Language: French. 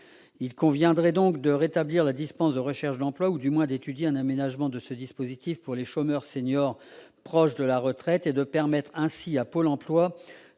Il conviendrait donc de rétablir la dispense de recherche d'emploi ou, du moins, d'étudier un aménagement de ce dispositif pour les chômeurs seniors proches de la retraite et de permettre, ainsi, à Pôle emploi